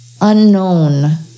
unknown